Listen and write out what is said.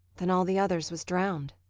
then all the others was drowned?